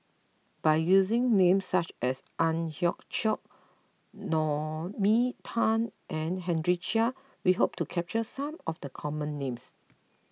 by using names such as Ang Hiong Chiok Naomi Tan and Henry Chia we hope to capture some of the common names